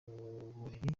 buriri